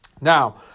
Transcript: Now